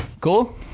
Cool